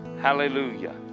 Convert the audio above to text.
Hallelujah